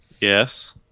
Yes